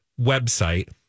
website